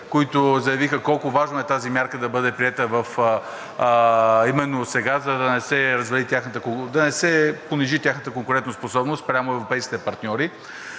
които заявиха колко важно е тази мярка да бъде приета именно сега, за да не се понижи тяхната конкурентоспособност спрямо европейските партньори.